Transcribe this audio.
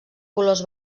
colors